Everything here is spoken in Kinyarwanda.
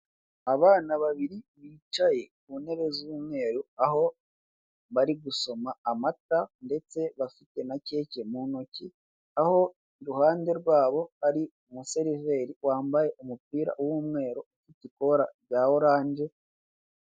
Abana babiri bicaye ku ntebe z'umweru aho bari gusoma amata ndetse bafite na keke mu ntoki aho iruhande rwabo hari umuseriveri wambaye umupira w'umweru ufite ikora rya oranje.